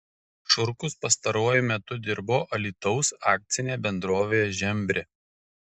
šurkus pastaruoju metu dirbo alytaus akcinėje bendrovėje žembrė